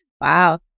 Wow